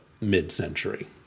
mid-century